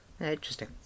Interesting